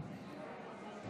אני אחריו?